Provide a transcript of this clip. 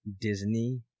Disney